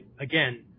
again